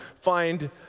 find